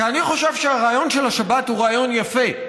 כי אני חושב שהרעיון של השבת הוא רעיון יפה,